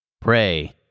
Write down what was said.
Pray